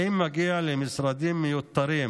האם מגיע למשרדים מיותרים